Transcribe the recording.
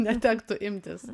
netektų imtis